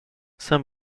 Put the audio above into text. saint